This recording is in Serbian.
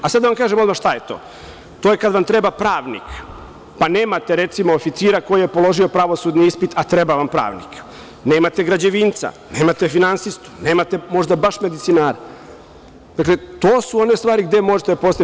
Sad odmah da vam kažem šta je to, to je kad vam treba pravnik, pa nemate recimo oficira koji je položio pravosudni ispit a treba vam pravnik, nemate građevinca, nemate finasistu, nemate možda baš medicinara, dakle to su one stvari gde možete da postavite.